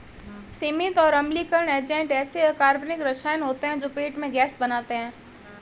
सीमित और अम्लीकरण एजेंट ऐसे अकार्बनिक रसायन होते हैं जो पेट में गैस बनाते हैं